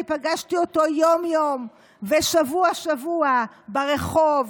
אני פגשתי אותו יום-יום ושבוע-שבוע ברחוב,